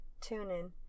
TuneIn